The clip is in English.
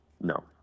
No